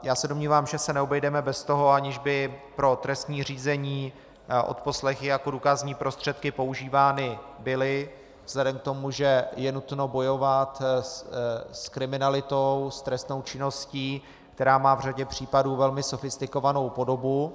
Já se domnívám, že se neobejdeme bez toho, aniž by pro trestní řízení odposlechy jako důkazní prostředky používány byly vzhledem k tomu, že je nutno bojovat s kriminalitou, s trestnou činností, která má v řadě případů velmi sofistikovanou podobu.